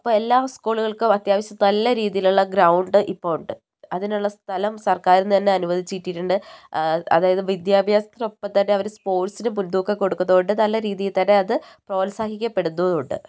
അപ്പോൾ എല്ലാ സ്കൂളുകൾക്കും അത്യാവശ്യം നല്ല രീതിയിലുള്ള ഗ്രൗണ്ട് ഇപ്പോൾ ഉണ്ട് അതിനുള്ള സ്ഥലം സർക്കാരീന്നു തന്നെ ഇപ്പോൾ അനുവദിച്ചു കിട്ടീട്ടുണ്ട് അതായത് വിദ്യാഭ്യാസത്തിനൊപ്പം തന്നെ അവർ സ്പോർട്സിനും മുൻതൂക്കം കൊടുക്കുന്നതുകൊണ്ട് നല്ല രീതിയിൽ തന്നെ അത് പ്രോത്സാഹിക്കപ്പെടുന്നും ഉണ്ട്